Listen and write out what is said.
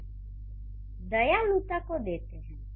चलिए दयालुता को लेते हैं